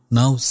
now